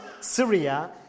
Syria